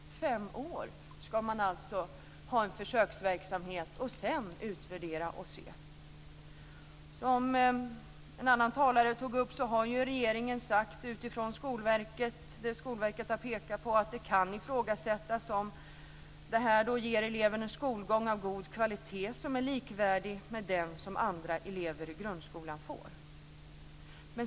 I fem år ska man alltså ha en försöksverksamhet, och sedan utvärdera och se! Som en annan talare tog upp så har regeringen sagt utifrån det som Skolverket har pekat på att det kan ifrågasättas om detta ger eleven en skolgång av god kvalitet som är likvärdig med den som andra elever i grundskolan får.